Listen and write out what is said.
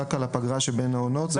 רק על הפגרה שבין העונות.